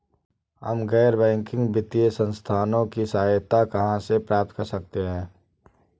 हम गैर बैंकिंग वित्तीय संस्थानों की सहायता कहाँ से प्राप्त कर सकते हैं?